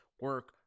Work